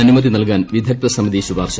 അനുമതി നൽകാൻ വിദഗ്ധസമിതി ശുപാർശ